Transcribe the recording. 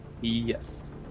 Yes